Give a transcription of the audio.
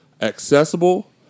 accessible